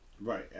Right